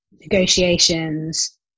negotiations